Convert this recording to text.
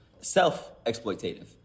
self-exploitative